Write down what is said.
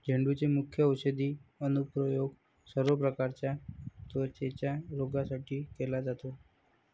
झेंडूचे मुख्य औषधी अनुप्रयोग सर्व प्रकारच्या त्वचेच्या रोगांसाठी केला जातो